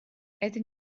это